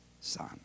son